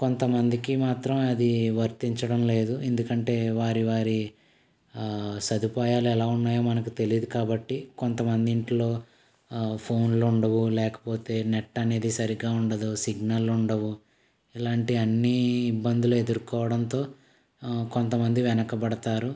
కొంతమందికి మాత్రం అది వర్తించడంలేదు ఎందుకంటే వారివారి ఆ సదుపాయాలు ఎలా ఉన్నాయో మనకి తెలీయదు కాబట్టి కొంతమంది ఇంట్లో ఫోన్లుండవు ఆ లేకపోతే నెట్ అనేది సరిగ్గా ఉండదు సిగ్నల్ ఉండవు ఇలాంటి అన్నీ ఇబ్బందులెదుర్కోవడంతో కొంతమంది వెనకబడతారు